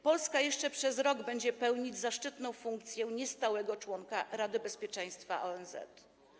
Polska jeszcze przez rok będzie pełnić zaszczytną funkcję niestałego członka Rady Bezpieczeństwa ONZ.